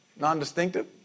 non-distinctive